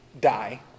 die